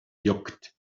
juckt